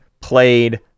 played